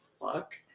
fuck